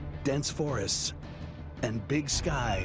dense forests and big sky